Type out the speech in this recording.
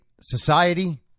society